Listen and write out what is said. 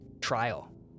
trial